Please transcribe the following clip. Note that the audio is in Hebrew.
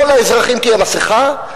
לכל האזרחים תהיה מסכה,